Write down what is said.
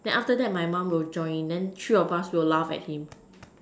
then after that my mum will join then three of us will laugh at him